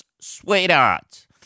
sweetheart